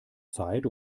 zeit